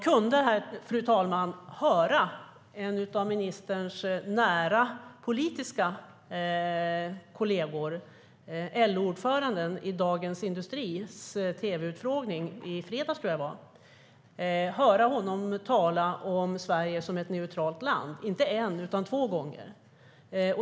I fredags hörde jag en av ministerns nära politiska kolleger, LO-ordföranden, i Dagens Industris tv-utfrågning tala om Sverige som ett neutralt land, inte en utan två gånger.